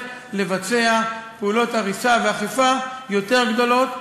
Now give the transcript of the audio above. לבצע פעולות הריסה ואכיפה גדולות יותר,